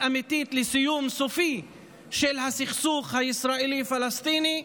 אמיתית לסיום סופי של הסכסוך הישראלי פלסטיני,